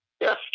yes